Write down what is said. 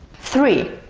three,